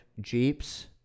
Jeeps